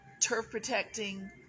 turf-protecting